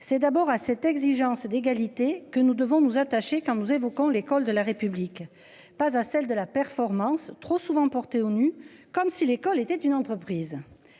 C'est d'abord à cette exigence d'égalité, que nous devons nous attacher quand nous évoquant l'école de la République, pas à celle de la performance trop souvent porté aux nues comme si l'école était une entreprise.